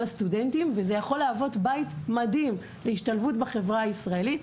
הסטודנטים וזה יכול להוות דחיפה להשתלבות בחברה הישראלית.